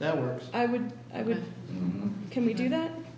that were i would i would can we do that